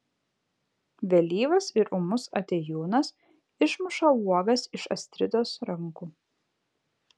vėlyvas ir ūmus atėjūnas išmuša uogas iš astridos rankų